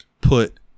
put